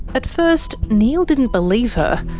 at first, neil didn't believe her,